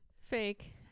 Fake